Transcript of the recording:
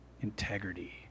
Integrity